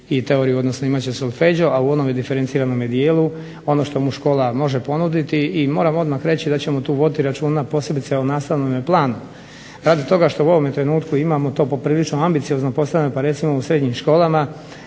i teoriju, odnosno imat će solfeggio, a u onome diferenciranome dijelu ono što mu škola može ponuditi, i moram odmah reći da ćemo tu voditi računa posebice o nastavnome planu, radi toga što u ovome trenutku imamo to poprilično ambiciozno postavljeno, pa recimo u srednjim školama